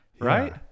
right